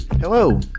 Hello